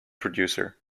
producer